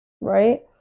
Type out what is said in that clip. right